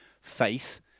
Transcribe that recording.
faith